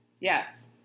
Yes